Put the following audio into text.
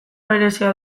berezia